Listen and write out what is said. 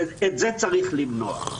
ואת זה צריך למנוע.